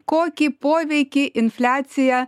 kokį poveikį infliacija